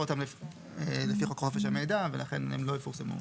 אותם לפי חוק חופש המידע ולכן הם לא יפורסמו.